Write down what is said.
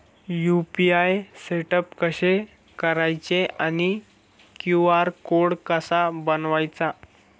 UPI setup कसे करायचे आणि क्यू.आर कोड कसा बनवायचा?